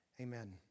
Amen